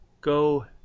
go